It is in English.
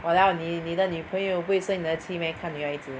walao 你你的女朋友不会生你的气 meh 看女孩子